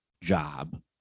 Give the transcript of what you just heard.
job